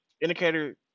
Indicator